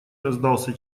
раздался